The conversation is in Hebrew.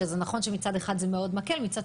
שזה נכון שמצד אחד זה מאוד מקל אבל מצד